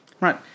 Right